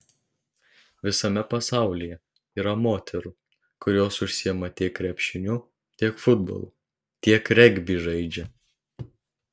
visame pasaulyje yra moterų kurios užsiima tiek krepšiniu tiek futbolu tiek regbį žaidžia